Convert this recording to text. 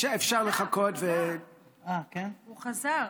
אפשר לחכות, הוא חזר.